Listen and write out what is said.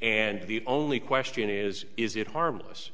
and the only question is is it harmless